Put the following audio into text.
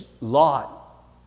Lot